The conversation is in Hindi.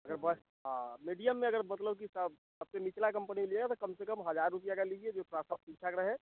अगर बस हाँ मीडियम में अगर मतलब कि सब सबसे निचला कम्पनी लें तो कम से कम हज़ार रुपया का लीजिए जूता सब ठीक ठाक रहे